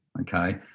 okay